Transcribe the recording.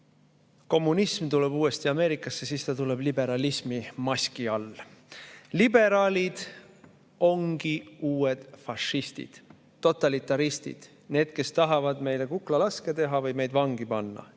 kommunism tuleb uuesti Ameerikasse, siis ta tuleb liberalismi maski all. Liberaalid ongi uued fašistid, totalitaristid, need, kes tahavad meile kuklalaske teha või meid vangi panna.